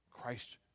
Christ